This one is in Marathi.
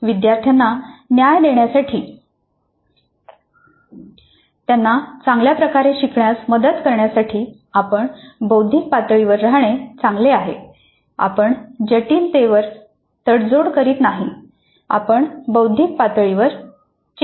विद्यार्थ्यांना न्याय देण्यासाठी त्यांना चांगल्याप्रकारे शिकण्यास मदत करण्यासाठी आपण बौद्धिक पातळीवर रहाणे चांगले आहे आपण जटिलतेवर तडजोड करीत नाही आपण बौद्धिक पातळीवर चिकटतो